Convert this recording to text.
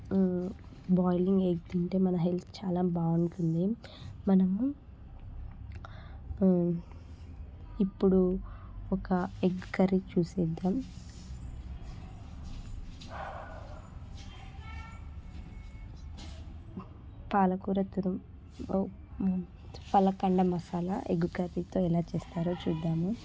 boiled egg తింటే మన health చాలా బాగుంటుంది మనము ఇప్పుడు ఒక ఎగ్ కర్రీ చూసేద్దాం పాలకూర తురుం పాలకల్లా మసాలా ఎగ్గు కర్రీతో ఎలా చేస్తారో చూద్దాము